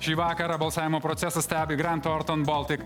šį vakarą balsavimo procesą stebi grant orton baltik